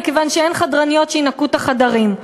מכיוון שאין חדרניות שינקו את החדרים.